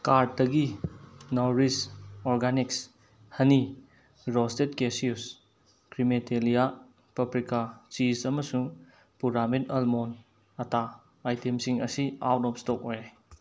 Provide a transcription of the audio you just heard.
ꯀꯥꯔꯠꯇꯒꯤ Nourish organics ꯍꯅꯤ roasted cashews ꯀ꯭ꯔꯤꯃꯦꯇꯦꯂꯤꯌꯥ ꯇ꯭ꯔꯣꯄꯤꯀꯥ ꯆꯤꯁ ꯑꯃꯁꯨꯡ ꯄꯨꯔꯥꯃꯤꯗ ꯑꯜꯃꯣꯟ ꯑꯥꯇꯥ ꯑꯥꯏꯇꯦꯝꯁꯤꯡ ꯑꯁꯤ ꯑꯥꯎꯠ ꯑꯣꯐ ꯁ꯭ꯇꯣꯛ ꯑꯣꯏꯔꯦ